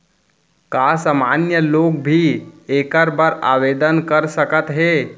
का सामान्य लोग भी एखर बर आवदेन कर सकत हे?